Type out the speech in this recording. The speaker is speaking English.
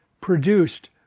produced